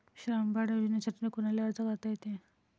श्रावण बाळ योजनेसाठी कुनाले अर्ज करता येते?